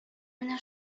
менә